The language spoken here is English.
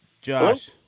Josh